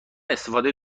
استفاده